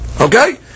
Okay